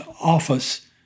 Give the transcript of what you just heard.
office